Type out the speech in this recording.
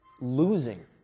losing